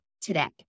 today